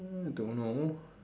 I don't know